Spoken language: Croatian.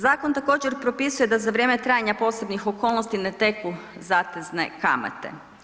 Zakon također, propisuje da za vrijeme trajanja posebnih okolnosti ne teku zatezne kamate.